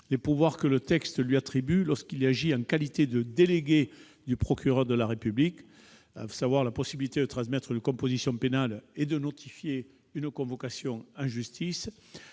les pouvoirs que le texte leur attribue lorsqu'ils agissent en qualité de délégués du procureur de la République, à savoir la possibilité de transmettre une composition pénale et de notifier une convocation en justice.